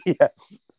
Yes